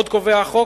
עוד קובע החוק,